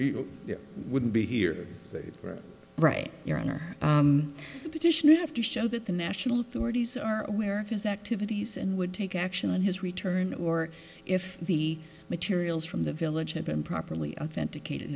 there wouldn't be here right your honor the petition have to show that the national authorities are aware of his activities and would take action on his return or if the materials from the village had been properly authenticated